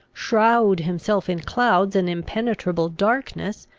shroud himself in clouds and impenetrable darkness,